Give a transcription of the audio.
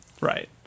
Right